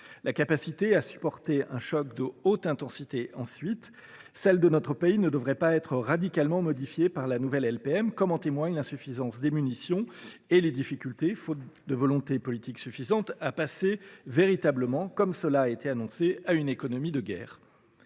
capacité à supporter un choc de haute intensité. Elle ne devrait pas être radicalement modifiée par la nouvelle LPM ; en témoignent l’insuffisance de nos munitions et les difficultés, faute de volonté politique suffisante, à passer véritablement, comme on a pu l’annoncer, à une économie de guerre.